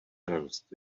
radost